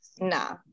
nah